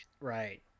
Right